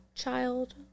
child